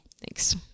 thanks